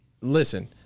Listen